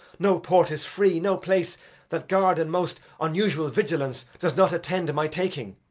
no port is free, no place that guard and most unusual vigilance does not attend my taking.